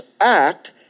act